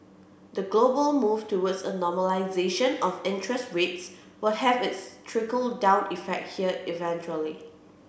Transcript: the global move towards a normalisation of interest rates will have its trickle down effect here eventually